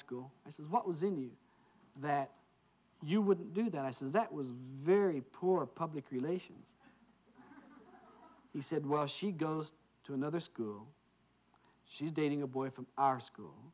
school this is what was in you that you wouldn't do that i says that was very poor public relations he said well she goes to another school she's dating a boy from our school